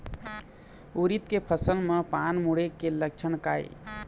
उरीद के फसल म पान मुड़े के लक्षण का ये?